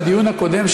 בדיון הקודם,